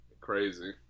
Crazy